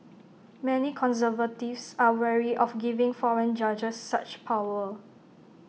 many conservatives are wary of giving foreign judges such power